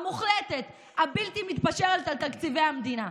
המוחלטת, הבלתי-מתפשרת על תקציבי המדינה,